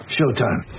Showtime